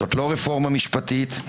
זו לא רפורמה משפטית,